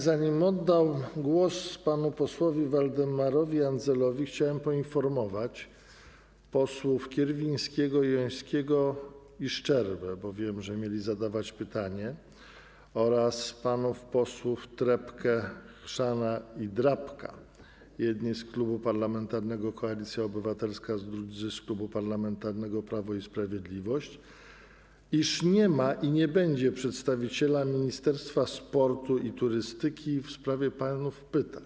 Zanim oddam głos panu posłowi Waldemarowi Andzelowi, chciałem poinformować posłów Kierwińskiego, Jońskiego i Szczerbę, bo wiem, że mieli zadać pytanie, oraz panów posłów Trepkę, Chrzana i Drabka, jedni z Klubu Parlamentarnego Koalicja Obywatelska, drudzy z Klubu Parlamentarnego Prawo i Sprawiedliwość, iż nie ma i nie będzie przedstawiciela Ministerstwa Sportu i Turystyki w sprawie panów pytań.